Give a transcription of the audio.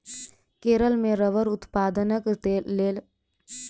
केरल मे रबड़ उत्पादनक लेल नारियल के संरचना के सहायता लेल जाइत अछि